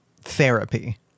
therapy